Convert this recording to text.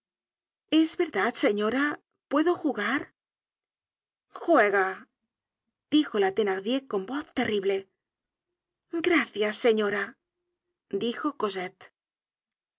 es verdad señora puedojugar juega dijo la thenardier con voz terrible gracias señora dijo cosette